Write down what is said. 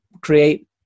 create